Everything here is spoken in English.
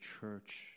church